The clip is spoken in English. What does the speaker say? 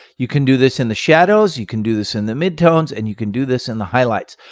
you can do this in the shadows, you can do this in the mid tones, and you can do this in the highlights.